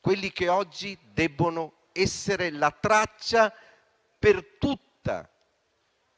che oggi debbono essere la traccia per tutta